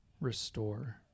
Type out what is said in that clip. restore